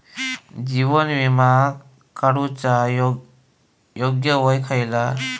जीवन विमा काडूचा योग्य वय खयला?